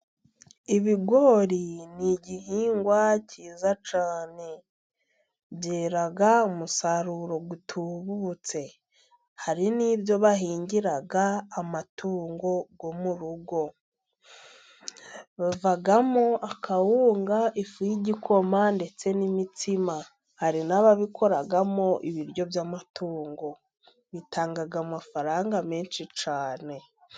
Ibigori ni igihingwa cyiza cyane. Byera umusaruro utubutse. Hari n'ibyo bahingira amatungo yo mu rugo. Bivamo akawunga, ifu y'igikoma, ndetse n'imitsima. Hari n'ababikoramo ibiryo by'amatungo. Bitanga amafaranga menshi cyane.